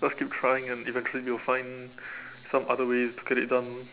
so just keep trying and eventually you'll find some other ways to get it done